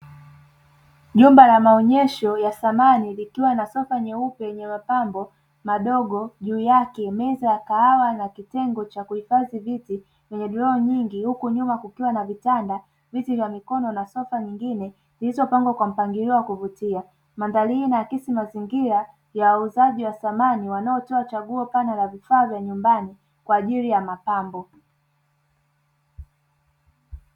Nyumba ya maonyesho ya samani ikiwa na sofa nyeupe yenye mapambo madogo juu yake, meza ya kahawa na kitengo cha kuhifadhi viti kwenye ndroo nyingi; huku nyuma kukiwa na: vitanda, viti vya mikono na sofa nyingine zilizopangwa kwa mpangilio wa kuvutia. Mandhari hii inaakisi mazingira ya wauzaji wa samani wanaotoa chaguo pana la vifaa vya nyumbani kwa ajili ya mapambo.